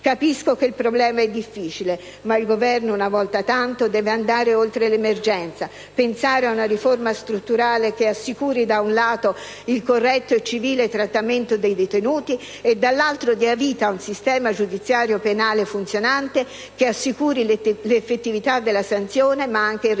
Capisco che il problema è difficile, ma il Governo una volta tanto deve andare oltre l'emergenza, pensare a una riforma strutturale che da un lato assicuri il corretto e civile trattamento dei detenuti e dall'altro dia vita a un sistema giudiziario penale funzionante che assicuri l'effettività dalla sanzione ma anche il reinserimento